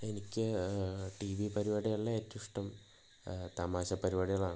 എനിക്ക് TV പരിപാടികളിൽ ഏറ്റവും ഇഷ്ടം തമാശ പരിപാടികളാണ്